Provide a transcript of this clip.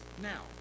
now